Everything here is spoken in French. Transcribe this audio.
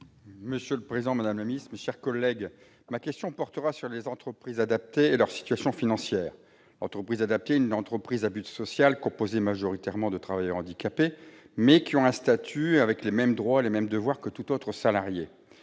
Monsieur le président, madame la ministre, mes chers collègues, ma question porte sur les entreprises adaptées et leur situation financière. L'entreprise adaptée est une entreprise à but social, composée majoritairement de travailleurs handicapés, mais dont le statut- les droits et les devoirs -ne diffère pas